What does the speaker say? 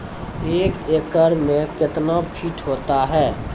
एक एकड मे कितना फीट होता हैं?